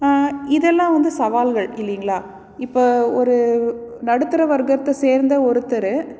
இதெல்லாம் வந்து சவால்கள் இல்லைங்களா இப்போ ஒரு நடுத்தர வர்க்கத்தை சேர்ந்த ஒருத்தர்